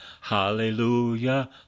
Hallelujah